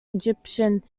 egyptian